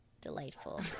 delightful